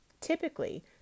Typically